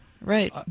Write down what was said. Right